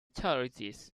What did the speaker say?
charities